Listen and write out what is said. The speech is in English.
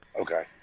Okay